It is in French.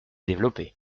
développés